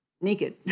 naked